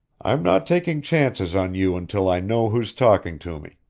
i'm not taking chances on you until i know who's talking to me.